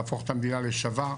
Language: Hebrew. להפוך את המדינה לשווה,